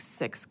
six